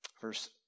verse